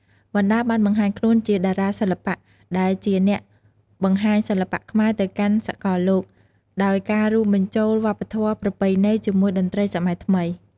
វណ្ណដាបានបង្ហាញខ្លួនជាតារាសិល្បៈដែលជាអ្នកបង្ហាញសិល្បៈខ្មែរទៅកាន់សកលលោក ដោយការរួមបញ្ចូលវប្បធម៌ប្រពៃណីជាមួយតន្ត្រីសម័យថ្មី។